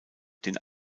den